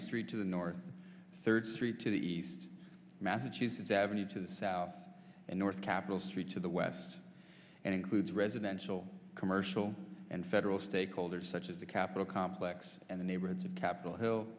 street to the north third street to the east massachusetts avenue to the south and north capitol street to the west and includes residential commercial and federal stakeholders such as the capitol complex and the neighborhoods of capitol hill